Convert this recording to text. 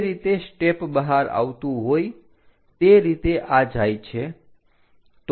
જે રીતે સ્ટેપ બહાર આવતું હોય તે રીતે આ જાય છે